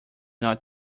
not